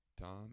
Tom